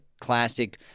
classic